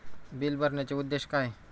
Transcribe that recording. Bill भरण्याचे उद्देश काय?